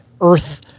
earth